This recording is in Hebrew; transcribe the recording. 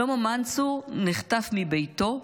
שלמה מנצור נחטף מביתו,